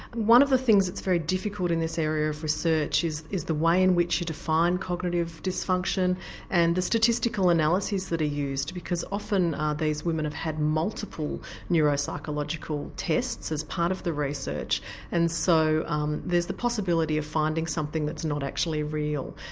one of the things that's very difficult in this area of research is is the way in which you define cognitive dysfunction and the statistical analyses that are used because often ah these women have had multiple neuropsychological tests as part of the research and so um there's the possibility of finding something that's not actually real.